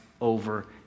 over